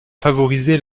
favorisé